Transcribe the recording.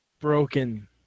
broken